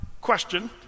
Question